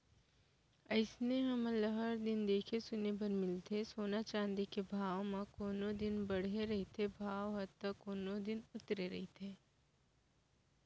अइसने हमन ल हर दिन देखे सुने बर मिलथे सोना चाँदी के भाव म कोनो दिन बाड़हे रहिथे भाव ह ता कोनो दिन उतरे रहिथे